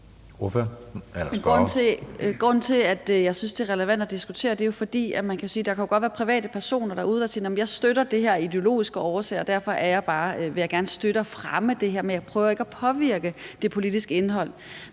Grunden til, at jeg synes, det er relevant at diskutere, er jo, at der godt kan være private personer derude, der siger, at de støtter det her af ideologiske årsager, og at de derfor gerne vil støtte og fremme det, men de prøver ikke at påvirke det politiske indhold.